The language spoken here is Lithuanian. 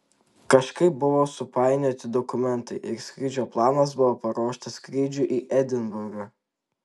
kažkaip buvo supainioti dokumentai ir skrydžio planas buvo paruoštas skrydžiui į edinburgą